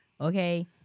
okay